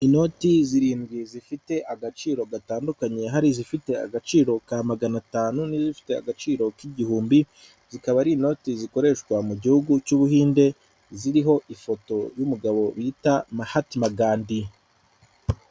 Inoti zirindwi zifite agaciro gatandukanye, hari izifite agaciro ka magana atanu n'izifite agaciro k'igihumbi, zikaba ari inoti zikoreshwa mu gihugu cy' Ubuhinde, ziriho ifoto y'umugabo bita Mahatimadandi.